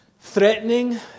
threatening